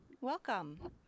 Welcome